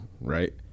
right